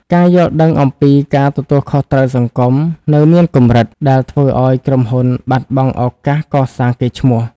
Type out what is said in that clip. ការយល់ដឹងអំពី "ការទទួលខុសត្រូវសង្គម" នៅមានកម្រិត ដែលធ្វើឱ្យក្រុមហ៊ុនបាត់បង់ឱកាសកសាងកេរ្តិ៍ឈ្មោះ។